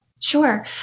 Sure